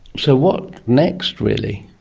so what next really?